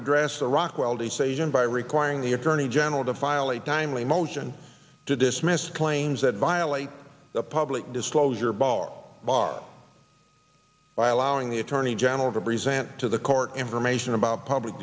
address the rockwell the sagem by requiring the attorney general to file a timely motion to dismiss claims that violate the public disclosure ball bar by allowing the attorney general to present to the court information about public